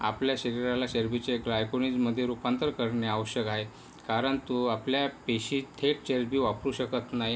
आपल्या शरीराला चरबीचे ग्लायकोजेनमध्ये रूपांतर करणे आवश्यक आहे कारण तो आपल्या पेशी थेट चरबी वापरू शकत नाही